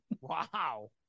Wow